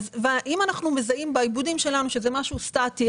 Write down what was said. אם אנחנו מזהים בעיבודים שלנו שזה משהו סטטי,